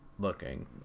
looking